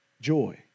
joy